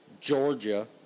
Georgia